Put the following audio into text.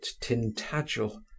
tintagel